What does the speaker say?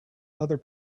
other